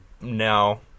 no